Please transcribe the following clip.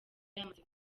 yamaze